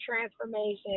transformation